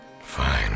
Fine